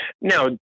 Now